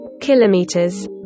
kilometers